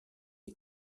est